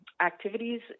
activities